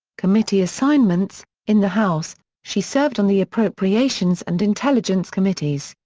committee assignments in the house, she served on the appropriations and intelligence committees,